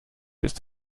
ist